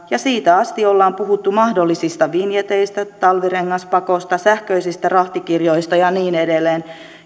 ja siitä asti ollaan puhuttu mahdollisista vinjeteistä talvirengaspakosta sähköisistä rahtikirjoista ja niin edelleen